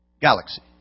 galaxy